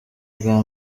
bwa